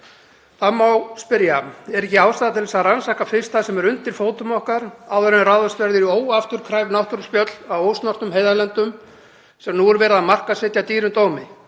Það má spyrja: Er ekki ástæða til þess að rannsaka fyrst það sem er undir fótum okkar áður en ráðist verður í óafturkræf náttúruspjöll á ósnortnum heiðarlöndum sem nú er verið að markaðssetja dýrum dómi?